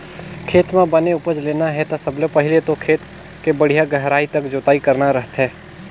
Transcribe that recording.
खेत म बने उपज लेना हे ता सबले पहिले तो खेत के बड़िहा गहराई तक जोतई करना रहिथे